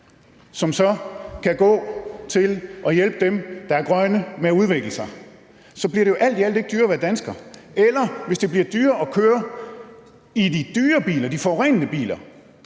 gå til at hjælpe dem, der er grønne, med at udvikle sig, så bliver det jo alt i alt ikke dyrere at være dansker. Hvis det bliver dyrere at køre i de dyre biler, de forurenende biler,